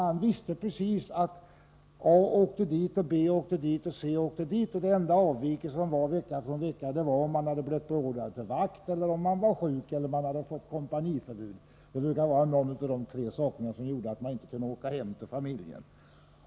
Han visste att A skulle åka dit, B dit, C dit osv. Den enda avvikelsen från vecka till vecka var att den värnpliktige beordrats att vara vakt, blivit sjuk eller fått kompaniförbud. Det brukade vara en av de tre sakerna som gjorde att man inte kunde åka hem till familjen.